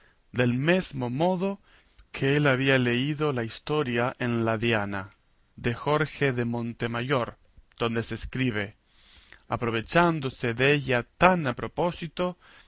del mesmo modo que él había leído la historia en la diana de jorge de montemayor donde se escribe aprovechándose della tan a propósito